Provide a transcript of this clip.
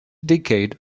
decade